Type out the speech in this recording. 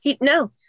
No